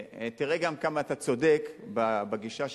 שתראה גם כמה אתה צודק בגישה שלך.